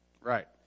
Right